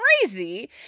crazy